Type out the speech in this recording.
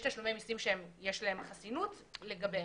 יש תשלומי מסים שיש להם חסינות לגביהם,